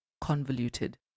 convoluted